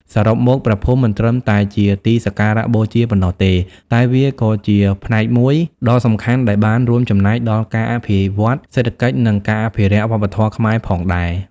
សរុបមក ព្រះភូមិមិនត្រឹមតែជាទីសក្ការៈបូជាប៉ុណ្ណោះទេ តែវាក៏ជាផ្នែកមួយដ៏សំខាន់ដែលបានរួមចំណែកដល់ការអភិវឌ្ឍសេដ្ឋកិច្ច និងការអភិរក្សវប្បធម៌ខ្មែរផងដែរ។